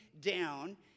down